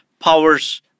powers